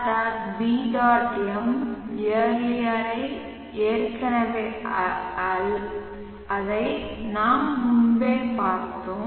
m ealier ஐ ஏற்கனவே பார்த்தோம்